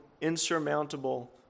insurmountable